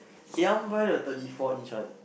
eh I want buy the thirty four inch one